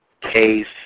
Case